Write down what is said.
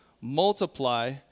multiply